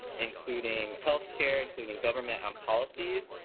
including healthcare, including government and policies,